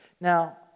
Now